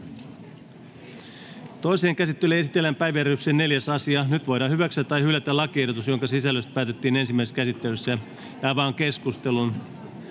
Toiseen käsittelyyn esitellään päiväjärjestyksen 4. asia. Nyt voidaan hyväksyä tai hylätä lakiehdotus, jonka sisällöstä päätettiin ensimmäisessä käsittelyssä. Avaan keskustelun.